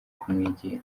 kumwegera